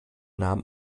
nahm